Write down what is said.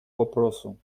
вопросу